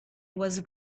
was